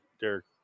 Derek